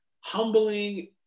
humbling